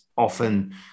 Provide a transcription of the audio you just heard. often